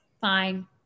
fine